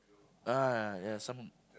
ah ya some